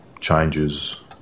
changes